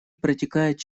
протекает